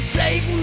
take